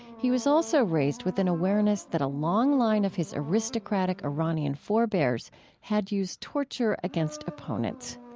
he was also raised with an awareness that a long line of his aristocratic iranian forebears had used torture against opponents.